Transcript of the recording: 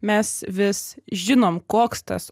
mes vis žinom koks tas